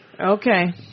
Okay